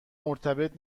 مرتبط